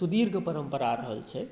सुदिर्घ परम्परा रहल छै